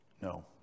No